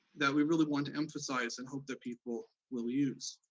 that we really want to emphasize and hope that people will use.